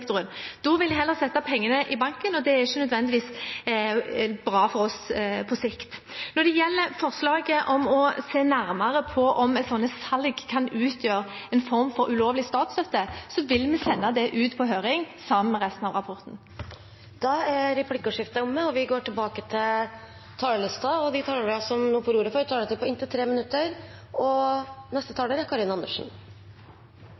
Da vil de heller sette pengene i banken, og det er ikke nødvendigvis bra for oss på sikt. Når det gjelder forslaget om å se nærmere på om slike salg kan utgjøre en form for ulovlig statsstøtte, vil vi sende det ut på høring sammen med resten av rapporten. Replikkordskiftet er omme. De talere som heretter får ordet, har også en taletid på inntil 3 minutter.